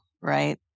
right